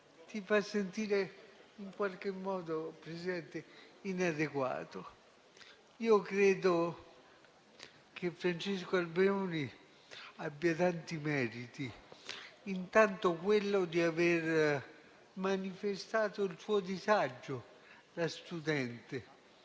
ti fa sentire in qualche modo inadeguato. Io credo che Francesco Alberoni abbia tanti meriti; intanto quello di aver manifestato il suo disagio da studente.